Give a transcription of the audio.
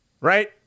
right